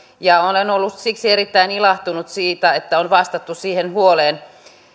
olen ollut siksi erittäin ilahtunut siitä että on vastattu siihen huoleen